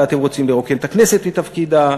ואתם רוצים לרוקן את הכנסת מתפקידיה,